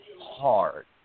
hard